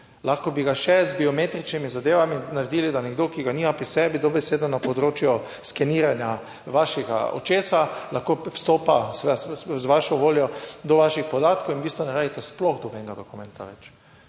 lahko bi ga še z biometričnimi zadevami naredili, da nekdo, ki ga nima pri sebi, dobesedno na področju skeniranja vašega očesa lahko vstopa, seveda z vašo voljo do vaših podatkov in v bistvu ne rabite sploh nobenega dokumenta več.